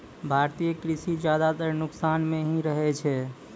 भारतीय कृषि ज्यादातर नुकसान मॅ ही रहै छै